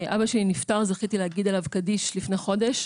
אבא שלי נפטר, זכיתי להגיד עליו קדיש לפני חודש,